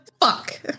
fuck